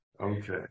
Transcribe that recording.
Okay